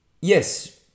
Yes